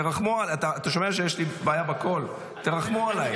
אתה שומע שיש לי בעיה בקול, רחמו עליי.